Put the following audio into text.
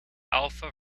alfa